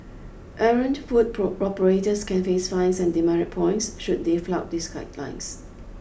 errant food operators can face fines and demerit points should they flout these guidelines